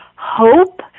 hope